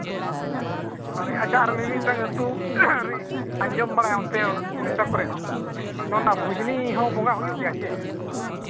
ᱟᱪᱪᱷᱟ ᱟᱨ ᱢᱤᱼᱢᱤᱫᱴᱟᱝ ᱟᱹᱛᱩ ᱨᱮ ᱟᱸᱡᱚᱢ ᱵᱟᱲᱟᱜᱼᱟ ᱚᱱᱛᱮ ᱩᱲᱤᱥᱥᱟ ᱠᱚᱨᱮ ᱦᱚᱸ ᱱᱚᱜ ᱱᱚᱣᱟ ᱵᱷᱩᱡᱽᱱᱤ ᱦᱚᱸ ᱵᱚᱸᱜᱟ ᱦᱩᱭᱩᱜ ᱜᱮᱭᱟ ᱥᱮ